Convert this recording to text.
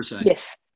Yes